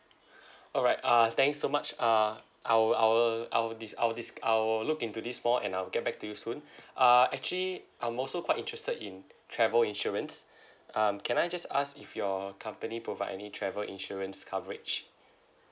alright uh thanks so much uh I'll I'll I'll dis~ I'll disc~ I will look into this more and I'll get back to you soon uh actually I'm also quite interested in travel insurance um can I just ask if your company provide any travel insurance coverage